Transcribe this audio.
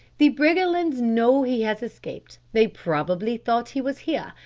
the briggerlands know he has escaped they probably thought he was here,